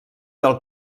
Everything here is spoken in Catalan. del